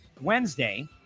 Wednesday